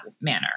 manner